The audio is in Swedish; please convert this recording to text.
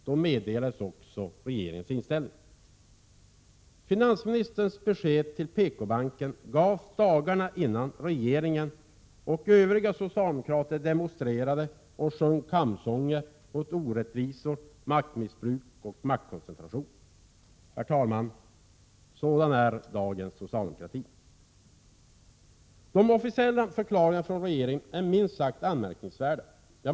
Då meddelades också regeringens inställning. Finansministerns besked till PKbanken gavs dagarna innan regeringen och övriga socialdemokrater demonstrerade och sjöng kampsånger mot orättvisor, maktmissbruk och maktkoncentration. Herr talman! Sådan är dagens socialdemokrati. De officiella förklaringarna från regeringen är minst sagt anmärkningsvärda.